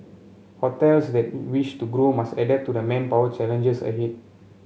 hotels that wish to grow must adapt to the manpower challenges ahead